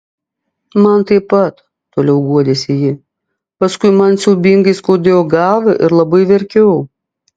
man taip pat toliau guodėsi ji paskui man siaubingai skaudėjo galvą ir labai verkiau